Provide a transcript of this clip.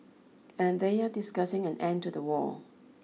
and they are discussing an end to the war